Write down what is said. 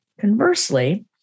Conversely